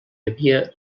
havia